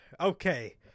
Okay